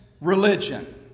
religion